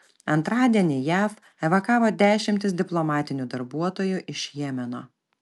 antradienį jav evakavo dešimtis diplomatinių darbuotojų iš jemeno